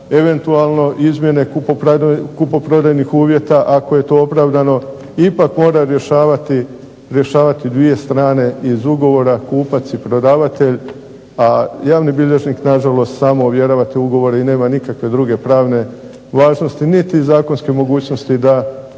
eventualno izmjene kupoprodajnih uvjeta, ako je to opravdano, ipak mora rješavati dvije strane iz ugovora kupac i prodavatelj, a javni bilježnik na žalost samo ovjerava te ugovore i nema nikakve druge pravne važnosti, niti zakonske mogućnosti da prati